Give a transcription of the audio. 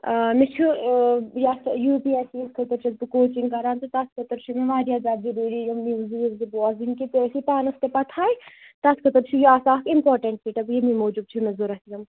اۭں مےٚ چھُ یَتھ یوٗ پی ایٚس سی یس خٲطرٕ چھس بہٕ کوچِنٛگ کَران تہٕ تتھ خٲطرٕ چھےٚ مےٚ واریاہ زیادٕ ضروٗری یِم نوزٕ ویوزٕ بوزٕنۍ کہ ژےٚ ٲسٕے پانس تہِ پَتہٕے تتھ خٲطرٕ چھِ یہِ آسان اکھ اِمپاٹنٹ سِٹیٚپ یِہنٛدی موٗجوٗب چھِ مے ضروٗرت یِم